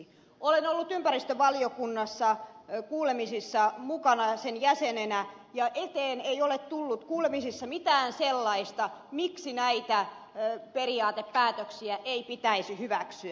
olen ollut ympäristövaliokunnassa kuulemisissa mukana ja sen jäsenenä ja eteen ei ole tullut kuulemisissa mitään sellaista miksi näitä periaatepäätöksiä ei pitäisi hyväksyä